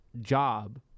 job